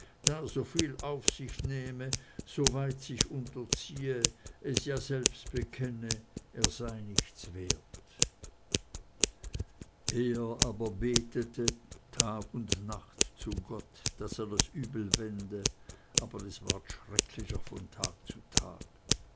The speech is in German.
so viel auf sich nehme so weit sich unterziehe es ja selbst bekenne er sei nichts wert er aber betete tag und nacht zu gott daß er das übel wende aber es ward schrecklicher von tag zu tag